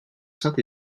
saint